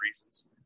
reasons